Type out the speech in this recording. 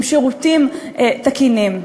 עם שירותים תקינים.